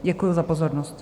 Děkuju za pozornost.